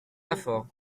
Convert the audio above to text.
lafaure